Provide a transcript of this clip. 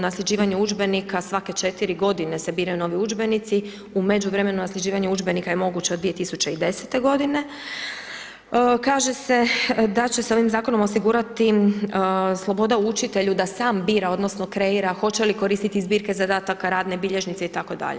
Nasljeđivanje udžbenika svake 4 g. se biraju novi udžbenici, u međuvremenu nasljeđivanja udžbenika je moguć od 2010. g. Kaže se da će se ovim zakonom osigurati sloboda učitelju da sam bira, odnosno, kreira hoće li koristiti zbirke zadataka radne bilježnice itd.